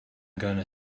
gonna